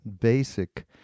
basic